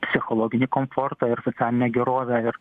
psichologinį komfortą ir socialinę gerovę ir